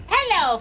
Hello